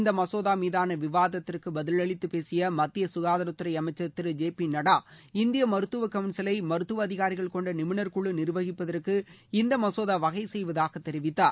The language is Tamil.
இந்த மசோதா மீதான விவாதத்திற்கு பதிவளித்து பேசிய மத்திய ககாதாரத்துறை அமைச்சர் திரு ஜே பி நட்டா இந்திய மருத்துவக் கவுன்சிலை மருத்துவ அதிகாரிகள் கொண்ட நிபுணர்க்குழு நீர்வகிப்பதற்கு இந்த மசோதா வகைசெய்வதாக தெரிவித்தார்